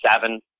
seven